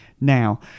Now